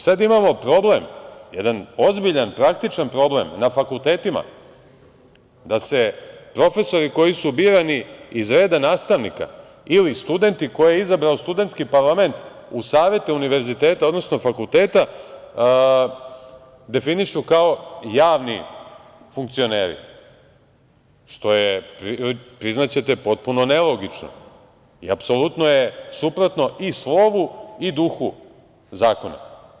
Sada imamo problem, jedan ozbiljan, praktičan problem na fakultetima, da se profesori koji su birani iz reda nastavnika ili studenti koje je izabrao studentski parlament u savete univerziteta odnosno fakulteta definišu kao javni funkcioneri, što je, priznaćete, potpuno nelogično i apsolutno je suprotno i slovu i duhu zakona.